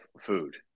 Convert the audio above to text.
food